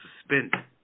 suspended